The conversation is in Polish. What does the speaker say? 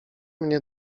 mnie